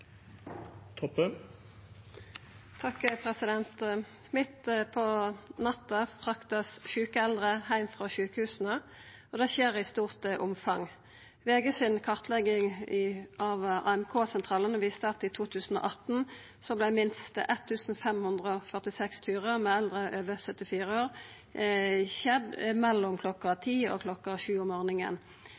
på natta vert sjuke eldre frakta heim frå sjukehusa, og det skjer i stort omfang. VGs kartlegging av AMK-sentralane viste at i 2018 var det minst 1 546 turar med eldre over 74 år mellom klokka ti og klokka sju om